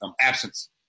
absence